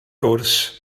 gwrs